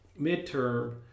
midterm